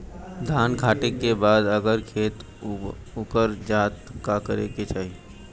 धान कांटेके बाद अगर खेत उकर जात का करे के चाही?